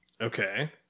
Okay